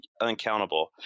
uncountable